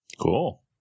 Cool